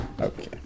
Okay